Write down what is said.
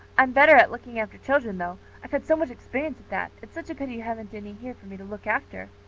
i'm better at looking after children, though. i've had so much experience at that. it's such a pity you haven't any here for me to look after.